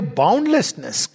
boundlessness